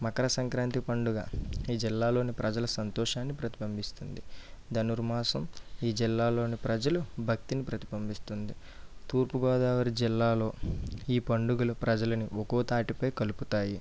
మకర సంక్రాంతి పండుగ ఈ జిల్లాలోని ప్రజల సంతోషాన్ని ప్రతిబింబిస్తుంది ధనుర్మాసం ఈ జిల్లాలోని ప్రజలు భక్తిని ప్రతిబింబిస్తుంది తూర్పుగోదావరి జిల్లాలో ఈ పండుగలు ప్రజలని ఒక తాడుపై కలుపుతాయి